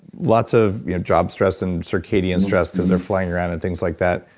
lots of job stress and circadian stress because they're flying around and things like that.